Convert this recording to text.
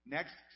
Next